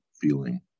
feeling